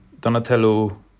Donatello